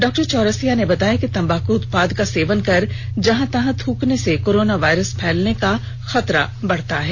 डॉ चौरसिया ने बताया कि तंबाकु उत्पाद का सेवन कर जहां तहां थ्रकने से कोरोना वायरस फेलने का खतरा बढ़ता है